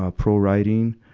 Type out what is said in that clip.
ah pro writing.